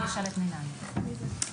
בבקשה.